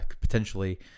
potentially